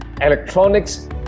electronics